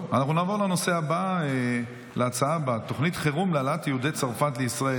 נעבור להצעה לסדר-היום בנושא: תוכנית חירום להעלאת יהודי צרפת לישראל,